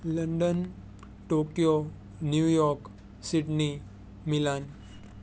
London Tokyo New York Sydney Milan